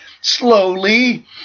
slowly